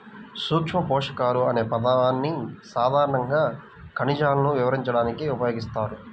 సూక్ష్మపోషకాలు అనే పదాన్ని సాధారణంగా ఖనిజాలను వివరించడానికి ఉపయోగిస్తారు